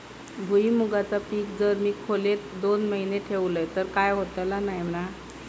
भुईमूगाचा पीक जर मी खोलेत दोन महिने ठेवलंय तर काय होतला नाय ना?